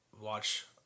watch